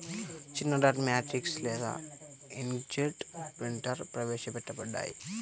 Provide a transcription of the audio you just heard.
చిన్నడాట్ మ్యాట్రిక్స్ లేదా ఇంక్జెట్ ప్రింటర్లుప్రవేశపెట్టబడ్డాయి